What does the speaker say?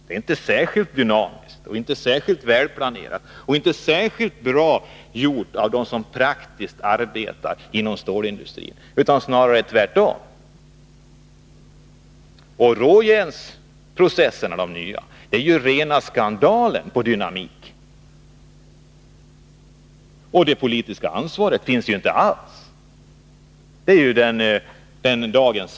Det är inte särskilt dynamiskt, inte särskilt välplanerat och inte särskilt bra gjort av dem som praktiskt arbetar inom stålindustrin, utan snarare tvärtom. Och de nya råjärnsprocesserna innebär en ren skandal i fråga om dynamik. Och det politiska ansvaret finns inte alls. Det är dagens sanning.